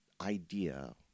idea